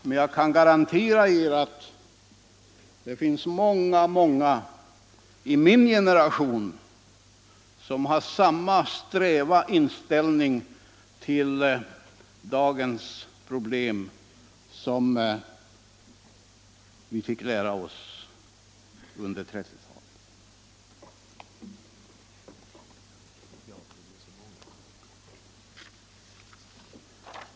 Men jag kan garantera er att det finns många, många i min generation som har samma sträva inställning till dagens problem som vi fick lära oss under 1930-talet.